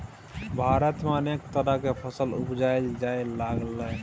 भारत में अनेक तरह के फसल के उपजाएल जा लागलइ